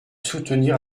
soutenir